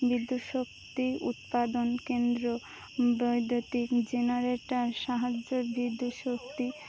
বিদ্যুৎ শক্তি উৎপাদন কেন্দ্র বৈদ্যুতিক জেনারেটার সাহায্য বিদ্যুৎ শক্তি